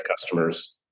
customers